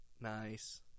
Nice